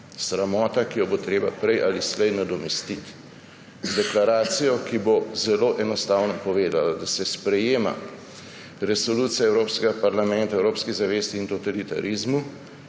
Sramota, ki jo bo treba prej ali slej nadomestiti z deklaracijo, ki bo zelo enostavno povedala, da se sprejema Resolucija Evropskega parlamenta o evropski zavesti in totalitarizmu